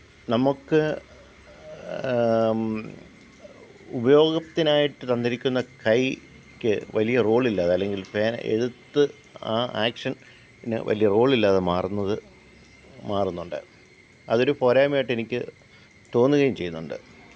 നമുക്ക് ഉപയോഗത്തിനായിട്ട് തന്നിരിക്കുന്ന കൈക്ക് വലിയ റോൾ ഇല്ല അതല്ലെങ്കില് പേന എഴുത്ത് ആ ആക്ഷന്ന് വലിയ റോളില്ലാതെ മാറുന്നത് മാറുന്നത് കൊണ്ട് അതൊരു പോരായ്മയായിട്ട് എനിക്ക് തോന്നുകയും ചെയ്യുന്നുണ്ട്